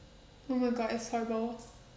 oh my god it's horrible